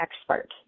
expert